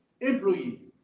employee